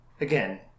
Again